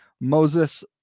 Moses